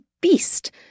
beast